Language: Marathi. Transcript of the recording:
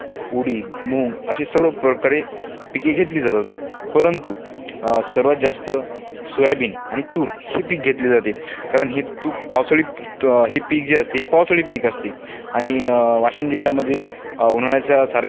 उडीद मुग अशी सर्व प्रकारे पिके घेतली जातात परंतु सर्वात जास्त सोयाबीन आणि तूर हे पीक घेतले जाते कारण हे तू पावसाळी हे पीक जे असते हे पावसाळी पीक असते आणि वाशीम जिल्ह्यामध्ये उन्हाळ्याच्यासारख्या किंवा उन्हाळ्यासारख्या